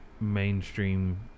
mainstream